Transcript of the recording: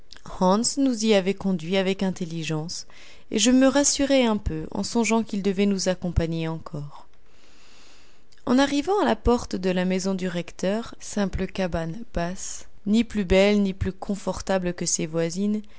nous y avait conduits avec intelligence et je me rassurais un peu en songeant qu'il devait nous accompagner encore en arrivant à la porte de la maison du recteur simple cabane basse ni plus belle ni plus confortable que ses voisines